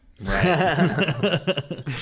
Right